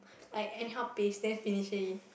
I anyhow paste then finish already